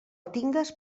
tingues